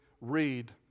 read